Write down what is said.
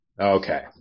Okay